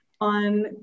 on